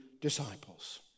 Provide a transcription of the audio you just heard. disciples